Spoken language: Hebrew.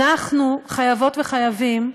אנחנו חייבות וחייבים,